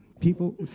people